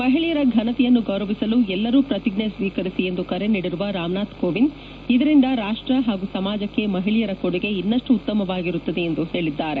ಮಹಿಳೆಯರ ಘನತೆಯನ್ನು ಗೌರವಿಸಲು ಎಲ್ಲರೂ ಪ್ರತಿಜ್ಞೆ ಸ್ವೀಕರಿಸಿ ಎಂದು ಕರೆ ನೀಡಿರುವ ರಾಮನಾಥ್ ಕೋವಿಂದ್ ಇದರಿಂದ ರಾಷ್ಟ ಹಾಗೂ ಸಮಾಜಕ್ಕೆ ಮಹಿಳೆಯರ ಕೊಡುಗೆ ಇನ್ನಷ್ಟು ಉತ್ತಮವಾಗಿರುತ್ತದೆ ಎಂದು ಹೇಳಿದ್ದಾರೆ